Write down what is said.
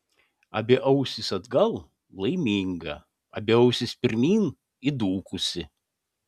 abi ausys atgal laiminga abi ausys pirmyn įdūkusi